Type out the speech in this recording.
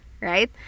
right